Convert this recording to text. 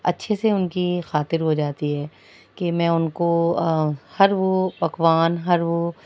اچھے سے ان کی خاطر ہو جاتی ہے کہ میں ان کو ہر وہ پکوان ہر وہ